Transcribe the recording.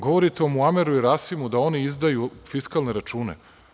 Govorite o Muameru i Rasimu, da oni izdaju fiskalne račune.